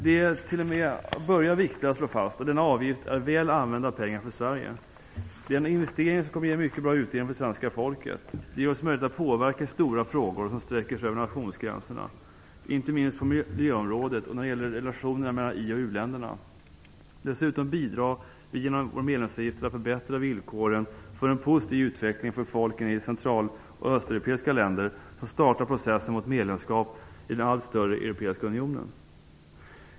Det är till att börja med viktigt att slå fast att denna avgift är väl använda pengar för Sverige. Det är en investering som kommer att ge en mycket bra utdelning för svenska folket. Det ger oss möjlighet att påverka i stora frågor som sträcker sig över nationsgränserna, inte minst på miljöområdet och när det gäller relationerna mellan i och u-länderna. Dessutom bidrar vi genom vår medlemsavgift till att förbättra villkoren för en positiv utveckling för folken i central och östeuropeiska länder som startat processen mot medlemskap i den allt större europeiska unionen.